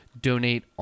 donate